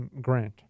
Grant